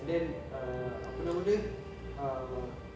and then err apa nama dia err